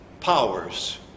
Powers